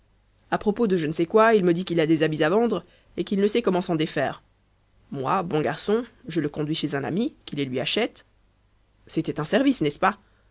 à propos de je ne sais quoi il me dit qu'il a des habits à vendre et qu'il ne sait comment s'en défaire moi bon garçon je le conduis chez un ami qui les lui achète c'était un service n'est-ce pas